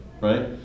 Right